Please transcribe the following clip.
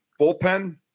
bullpen